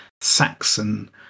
Saxon